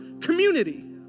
community